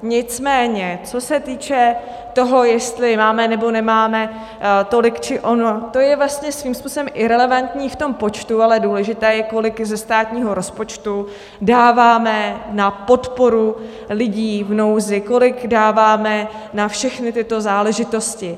Nicméně co se týče toho, jestli máme, nebo nemáme tolik či ono, to je vlastně svým způsobem irelevantní v tom počtu, ale důležité je, kolik ze státního rozpočtu dáváme na podporu lidí v nouzi, kolik dáváme na všechny tyto záležitosti.